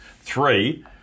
three